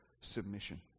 submission